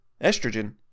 estrogen